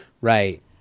Right